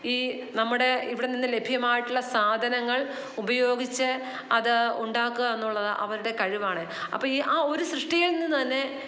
ഈ നമ്മുടെ ഇവിടെ നിന്ന് ലഭ്യമായിട്ടുള്ള സാധനങ്ങൾ ഉപയോഗിച്ച് അത് ഉണ്ടാക്കുകാന്നുള്ളത് അവരുടെ കഴിവാണ് അപ്പം ഈ ആ ഒരു സൃഷ്ടിയിൽ നിന്ന് തന്നെ